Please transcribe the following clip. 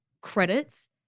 credits